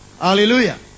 Hallelujah